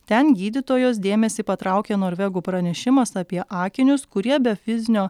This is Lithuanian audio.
ten gydytojos dėmesį patraukė norvegų pranešimas apie akinius kurie be fizinio